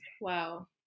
Wow